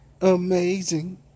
Amazing